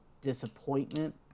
disappointment